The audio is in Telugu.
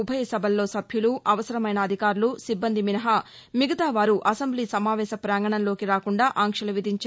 ఉభయ సభల్లో సభ్యులు అవసరమైన అధికారులు సిబ్బంది మినహా మిగతావారు అసెంబ్లీ సమావేశ ప్రాంగణంలోకి రాకుండా ఆంక్షలు విధించారు